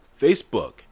Facebook